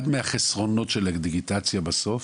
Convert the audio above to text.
אחד מהחסרונות של הדיגיטציה בסוף,